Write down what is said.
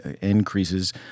increases